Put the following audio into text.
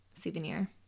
souvenir